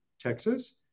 Texas